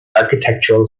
architectural